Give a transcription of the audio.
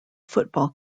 football